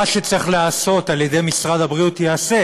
שמה שצריך להיעשות על ידי משרד הבריאות ייעשה,